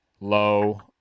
low